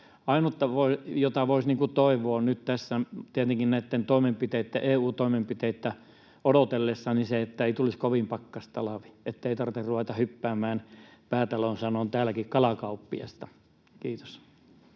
Ainut, jota voisi toivoa nyt tässä tietenkin näitä EU-toimenpiteitä odotellessa, on se, että ei tulisi kovin pakkastalvi, ettei tarvitse täälläkin ruveta hyppäämään, Päätalon sanoin, kalakauppiasta. — Kiitos.